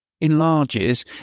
enlarges